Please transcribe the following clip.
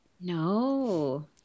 No